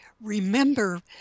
remember